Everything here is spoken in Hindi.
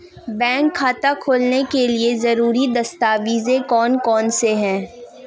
बैंक खाता खोलने के लिए ज़रूरी दस्तावेज़ कौन कौनसे हैं?